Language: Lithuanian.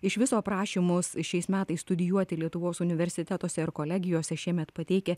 iš viso prašymus šiais metais studijuoti lietuvos universitetuose ir kolegijose šiemet pateikę